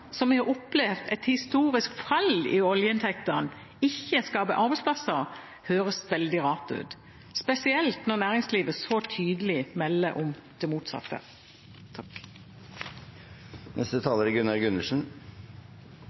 regjeringen, som har opplevd et historisk fall i oljeinntektene, ikke skaper arbeidsplasser, høres veldig rart ut, spesielt når næringslivet så tydelig melder om det motsatte.